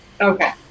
Okay